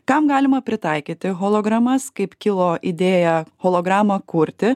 kam galima pritaikyti hologramas kaip kilo idėja hologramą kurti